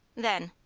then,